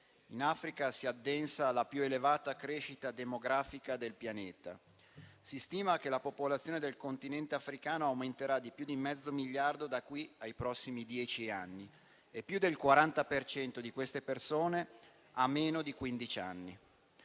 In Africa si addensa la più elevata crescita demografica del pianeta. Si stima che la popolazione del continente africano aumenterà di più di mezzo miliardo da qui ai prossimi dieci anni e più del 40 per cento di queste persone ha meno di quindici